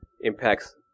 impacts